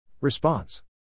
Response